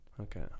Okay